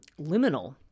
liminal